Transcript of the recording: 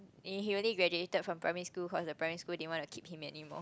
and he only graduated from primary school because the primary school didn't want to keep him anymore